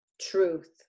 truth